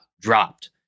dropped